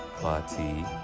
party